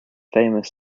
famous